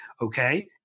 Okay